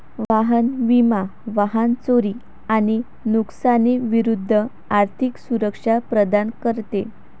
वाहन विमा वाहन चोरी आणि नुकसानी विरूद्ध आर्थिक सुरक्षा प्रदान करते